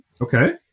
Okay